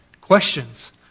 questions